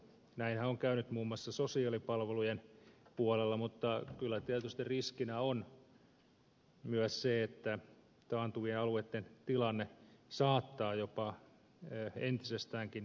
näinhän on käynyt muun muassa sosiaalipalvelujen puolella mutta kyllä tietysti riskinä on myös se että taantuvien alueitten tilanne saattaa jopa entisestäänkin heiketä